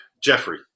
Jeffrey